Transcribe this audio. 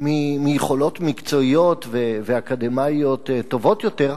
מיכולות מקצועיות ואקדמיות טובות יותר,